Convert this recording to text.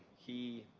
he,